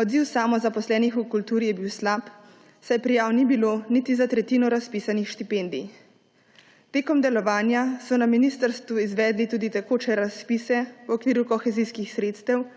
Odziv samozaposlenih v kulturi je bil slab, saj prijav ni bilo niti za tretjino razpisanih štipendij. Tekom delovanja so na ministrstvu izvedli tudi tekoče razpise v okviru kohezijskih sredstev,